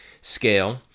scale